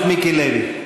מיקי לוי.